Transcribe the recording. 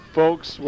folks